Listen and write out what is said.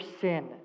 sin